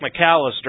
McAllister